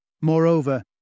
Moreover